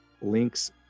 links